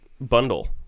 bundle